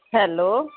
hello